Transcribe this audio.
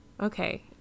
Okay